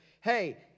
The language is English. hey